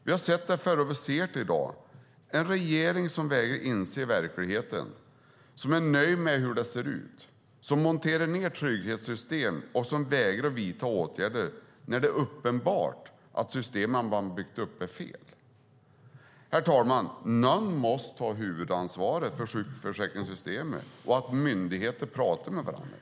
Vi har sett det förr och ser i dag: en regering som vägrar inse verkligheten, som är nöjd med hur det ser ut, som monterar ned trygghetssystem och som vägrar att vidta åtgärder när det är uppenbart att de system man har byggt upp är fel. Herr talman! Någon måste ta huvudansvaret för sjukförsäkringssystemen och se till att myndigheterna pratar med varandra.